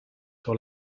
sur